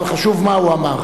אבל חשוב מה הוא אמר.